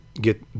get